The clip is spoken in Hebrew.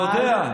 יודע.